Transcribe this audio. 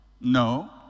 No